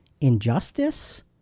injustice